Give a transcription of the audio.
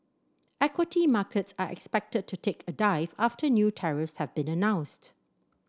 equity markets are expected to take a dive after new tariffs have been announced